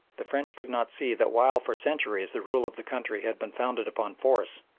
the french could not see that while for centuries the rule of the country had been founded upon force,